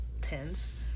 tense